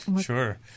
sure